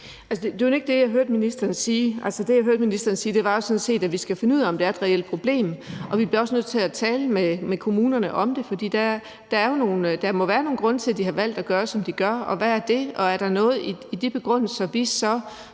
sige. Det, jeg hørte ministeren sige, var jo sådan set, at vi skal finde ud af, om det er et reelt problem. Vi bliver også nødt til at tale med kommunerne om det, for der må være nogle grunde til, at de har valgt at gøre, som de gør, og hvad er det? Og er der så noget i de begrundelser, vi som